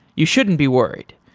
you shouldn't be worried.